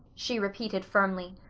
she repeated firmly.